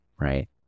right